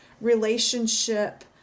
relationship